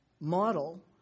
model